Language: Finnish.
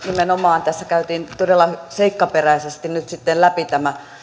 nimenomaan tässä käytiin todella seikkaperäisesti nyt sitten läpi tämä